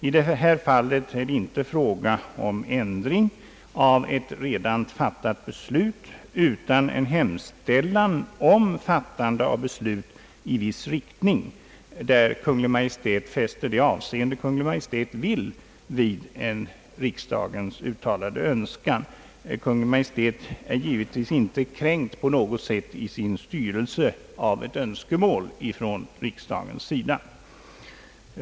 I det här fallet är det inte fråga om ändring av redan fattat beslut, utan en hemställan om fattande av beslut i viss riktning, där Kungi. Maj:t fäster det avseende Kungl. Maj:t vill vid riksdagens uttalade önskningar. Kungl. Maj:t är givetvis inte kränkt på något sätt i sin styrelse av ett önskemål från riksdagen.